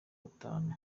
batanu